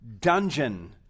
dungeon